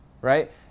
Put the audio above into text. Right